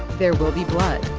there will be blood